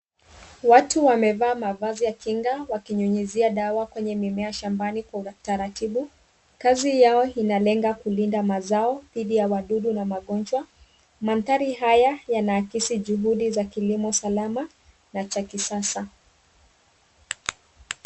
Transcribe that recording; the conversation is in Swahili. Watu wamevaa mavazi ya kinga wakinyunyizia dawa kwenye mimea shambani kwa utaratibu. Kazi yao inalenga kulinda mazao dhidi ya wadudu na magonjwa. Mandhari haya yanaakisi juhudi ya kilimo salama na cha kisasa.